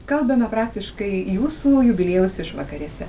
kalbame praktiškai jūsų jubiliejaus išvakarėse